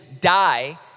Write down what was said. die